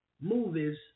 movies